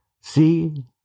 See